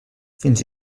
fins